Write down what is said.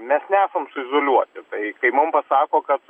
mes nesam izoliuoti tai kai mum pasako kad